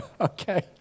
Okay